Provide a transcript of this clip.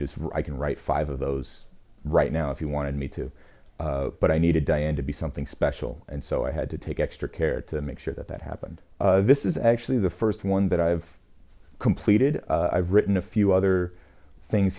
just i can write five of those right now if you wanted me to but i needed diane to be something special and so i had to take extra care to make sure that that happened this is actually the first one that i've completed i've written a few other things